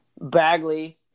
Bagley